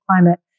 climate